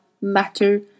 matter